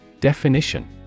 Definition